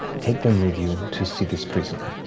take them with you to see this prisoner.